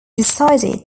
decided